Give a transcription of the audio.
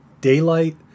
daylight